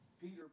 Peter